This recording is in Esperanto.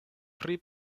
pri